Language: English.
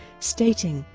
stating,